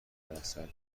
درصد